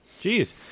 Jeez